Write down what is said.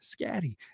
Scatty